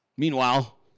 Meanwhile